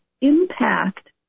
impact